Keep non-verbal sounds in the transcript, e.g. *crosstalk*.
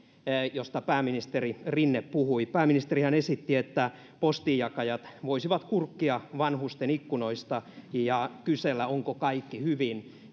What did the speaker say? josta pääministeri rinne puhui pääministerihän esitti että postinjakajat voisivat kurkkia vanhusten ikkunoista ja kysellä onko kaikki hyvin *unintelligible*